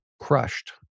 crushed